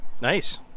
Nice